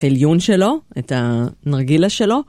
שלו, את הנרגילה שלו.